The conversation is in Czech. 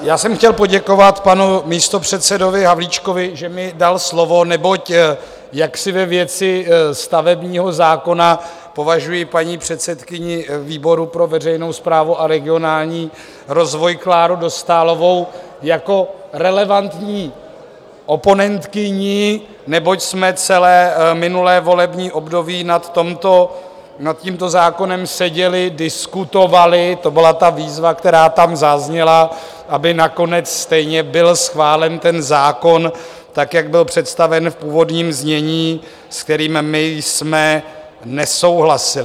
Já jsem chtěl poděkovat panu místopředsedovi Havlíčkovi, že mi dal slovo, neboť ve věci stavebního zákona považuji paní předsedkyni výboru pro veřejnou správu a regionální rozvoj Kláru Dostálovou jako relevantní oponentkyni, neboť jsme celé minulé volební období nad tímto zákonem seděli, diskutovali, to byla ta výzva, která tam zazněla, aby nakonec stejně byl schválen ten zákon tak, jak byl představen v původním znění, se kterým my jsme nesouhlasili.